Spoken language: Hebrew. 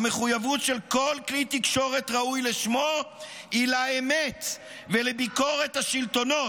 המחויבות של כל כלי תקשורת ראוי לשמו היא לאמת ולביקורת השלטונות.